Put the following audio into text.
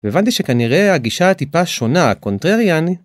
הבנתי שכנראה הגישה הטיפה שונה, הקונטרריאני.